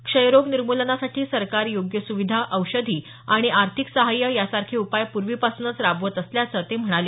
क्षयरोग निर्म्लनासाठी सरकार योग्य सुविधा औषधी आणि आर्थिक सहाय्य यासारखे उपाय पूर्वीपासूनच राबवत असल्याचं ते म्हणाले